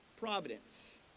providence